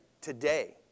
today